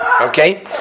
Okay